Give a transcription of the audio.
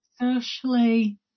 socially